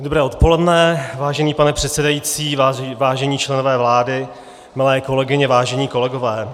Dobré odpoledne, vážený pane předsedající, vážení členové vlády, milé kolegyně, vážení kolegové.